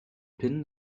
pin